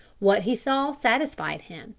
what he saw satisfied him,